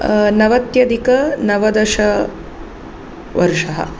नवत्यधिकनवदशवर्षः